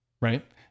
Right